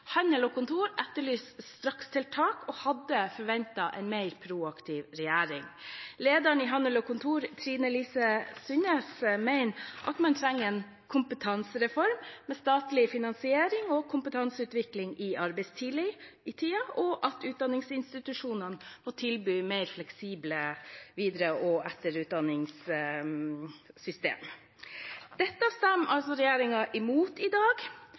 Handel og Kontor etterlyser strakstiltak og hadde forventet en mer proaktiv regjering. Lederen i Handel og Kontor, Trine Lise Sundnes, mener at man trenger en kompetansereform med statlig finansiering og kompetanseutvikling i arbeidstiden, og at utdanningsinstitusjonene må tilby mer fleksible etter- og videreutdanningssystemer. Dette stemmer regjeringspartiene imot i dag.